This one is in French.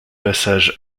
passage